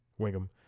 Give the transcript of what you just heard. wingham